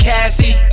Cassie